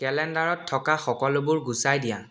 কেলেণ্ডাৰত থকা সকলোবোৰ গুচাই দিয়া